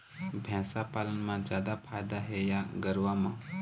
भैंस पालन म जादा फायदा हे या गरवा म?